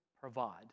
Provide